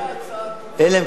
יש איזה,